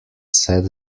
set